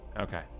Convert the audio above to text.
Okay